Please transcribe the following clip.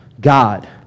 God